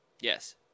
yes